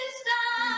stop